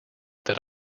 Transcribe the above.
that